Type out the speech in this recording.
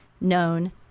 known